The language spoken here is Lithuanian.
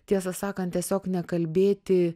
tiesą sakant tiesiog nekalbėti